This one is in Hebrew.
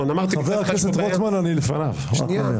קארין כבר ענתה לך על הטענה